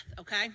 okay